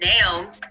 now